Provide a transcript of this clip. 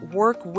work